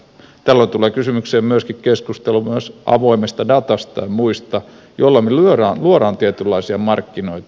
tällöin tulee kysymykseen myöskin keskustelu avoimesta datasta ja muista joilla me luomme tietynlaisia markkinoita